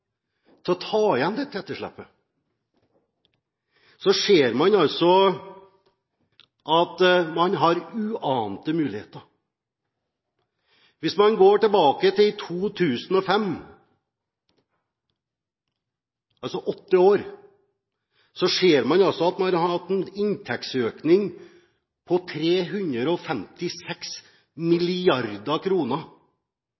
til å ta igjen dette etterslepet, ser man at man har uante muligheter. Hvis man går tilbake til 2005 – åtte år tilbake – ser man at man har hatt en inntektsøkning på 356